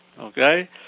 Okay